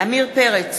עמיר פרץ,